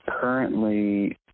currently